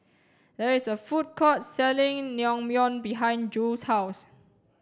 there is a food court selling Naengmyeon behind Jule's house